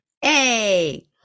Hey